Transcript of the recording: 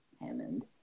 Hammond